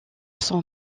son